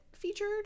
featured